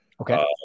Okay